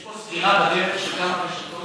יש פה סגירה בדרך של כמה רשתות,